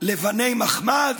לבני מחמד.